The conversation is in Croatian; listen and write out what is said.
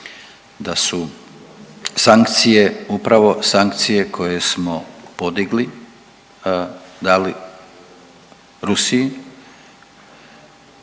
da su sankcije upravo sankcije koje smo podigli i dali Rusiji